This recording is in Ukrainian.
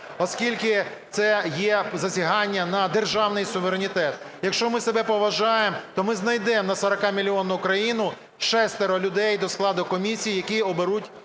оскільки це є зазіхання на державний суверенітет. Якщо ми себе поважаємо, то ми знайдемо на 40-мільйонну країну шестеро людей до складу комісії, які оберуть